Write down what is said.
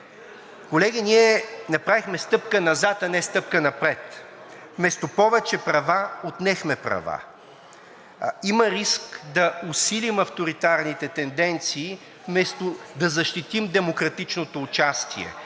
Колеги, ние направихме стъпка назад, а не стъпка напред и вместо повече права, отнехме права. Има риск да усилим авторитарните тенденции, вместо да защитим демократичното участие,